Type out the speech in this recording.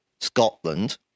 Scotland